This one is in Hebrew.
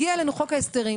הגיע אלינו חוק ההסדרים,